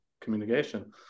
communication